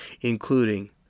including